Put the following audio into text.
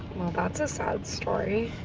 well, that's a sad story.